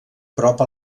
prop